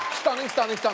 stunning! stunning!